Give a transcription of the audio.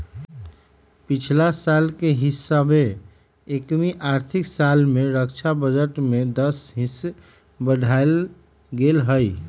पछिला साल के हिसाबे एमकि आर्थिक साल में रक्षा बजट में दस हिस बढ़ायल गेल हइ